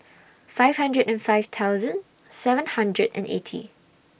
five hundred and five thousand seven hundred and eighty